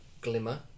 Glimmer